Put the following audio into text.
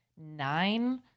nine